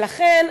לכן,